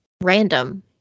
random